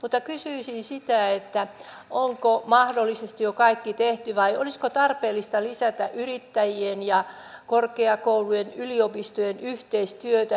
mutta kysyisin sitä onko mahdollisesti jo kaikki tehty vai olisiko tarpeellista lisätä yrittäjien ja korkeakoulujen yliopistojen yhteistyötä